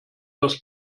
das